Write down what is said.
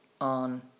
on